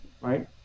right